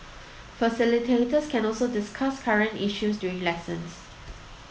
facilitators can also discuss current issues during lessons